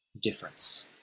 difference